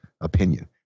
opinion